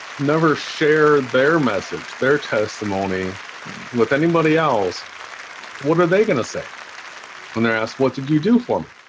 never share their message their testimony with anybody else what are they gonna say when they're asked what did you do for